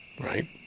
Right